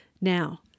Now